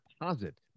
deposit